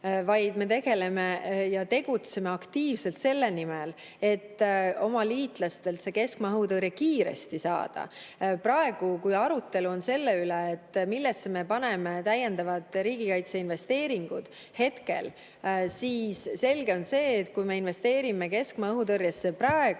vaid me tegutseme aktiivselt selle nimel, et oma liitlastelt see keskmaa õhutõrje kiiresti saada. Praegu, kui arutelu on selle üle, millesse me hetkel paneme täiendavad riigikaitseinvesteeringud, siis selge on see, et kui me praegu investeerime keskmaa õhutõrjesse,